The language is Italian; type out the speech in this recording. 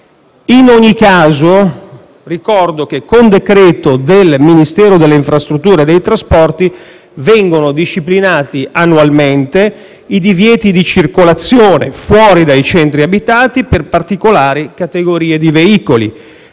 In ogni caso, ricordo che con decreto del Ministero delle infrastrutture e dei trasporti vengono disciplinati annualmente i divieti di circolazione fuori dai centri abitati per particolari categorie di veicoli